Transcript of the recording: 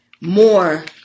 more